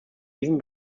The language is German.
diesem